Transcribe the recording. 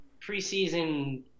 preseason